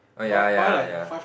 oh ya ya ya